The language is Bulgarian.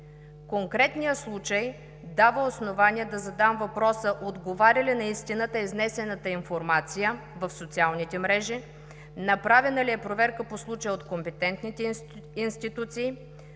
Конкретният случай дава основание да задам въпросите: отговаря ли на истината изнесената информация в социалните мрежи? Направена ли е проверка по случая, от компетентните институции?